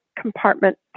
compartment